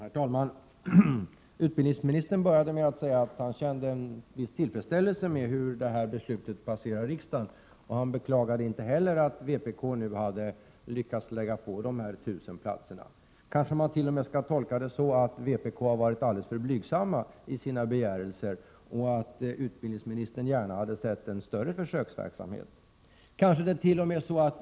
Herr talman! Utbildningsministern började sitt anförande med att säga att han kände en viss tillfredsställelse med hur det här förslaget passerar riksdagen. Han beklagade inte att vpk hade lyckats lägga på dessa 1 000 platser. Kanske man skall tolka detta så att vpk t.o.m. har varit alldeles för blygsamt i sin begäran och att utbildningsministern gärna hade sett en större försöksverksamhet.